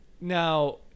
Now